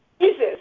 Jesus